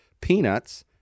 Peanuts